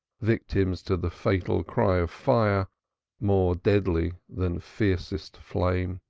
victims to the fatal cry of fire more deadly than fiercest flame.